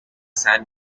san